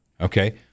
okay